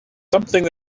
something